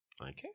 Okay